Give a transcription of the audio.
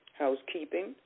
housekeeping